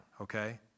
okay